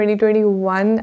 2021